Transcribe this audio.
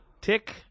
Tick